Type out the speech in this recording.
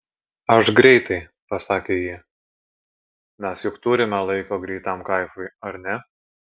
aš greitai pasakė ji mes juk turime laiko greitam kaifui ar ne